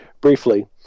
briefly